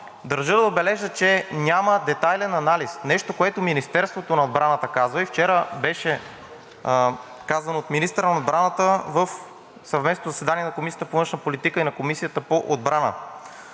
държа да отбележа, че няма детайлен анализ, нещо, което Министерството на отбраната каза, и вчера беше казано от министъра на отбраната в съвместното заседание на Комисията по външна